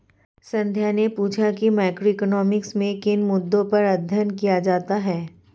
संध्या ने पूछा कि मैक्रोइकॉनॉमिक्स में किन मुद्दों पर अध्ययन किया जाता है